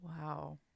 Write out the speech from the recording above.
Wow